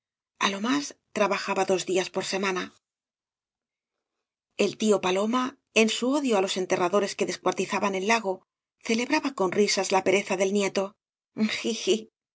a lo más trabajaba dos días por semana el tío paloma en su odio á los enterradores que descuartizaban el lago celebraba con risas la pereza del nieto